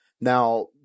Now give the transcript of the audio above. now